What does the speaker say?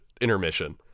intermission